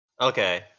okay